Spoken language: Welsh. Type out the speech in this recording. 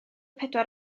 pedwar